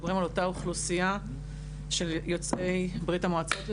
מדברים על אותה אוכלוסייה של יוצאי ברית המועצות לשעבר,